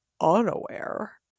unaware